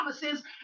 promises